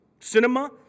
Cinema